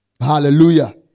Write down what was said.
Hallelujah